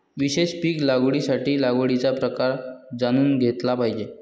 विशेष पीक लागवडीसाठी लागवडीचा प्रकार जाणून घेतला पाहिजे